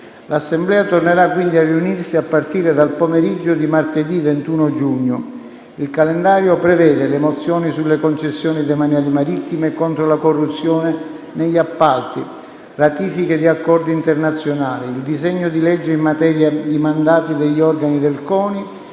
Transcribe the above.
L’Assemblea tornerà quindi a riunirsi a partire dal pomeriggio di martedì 21 giugno. Il calendario prevede le mozioni sulle concessioni demaniali marittime e contro la corruzione negli appalti; ratifiche di accordi internazionali; il disegno di legge in materia di mandati degli organi del CONI;